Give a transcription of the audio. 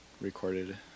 recorded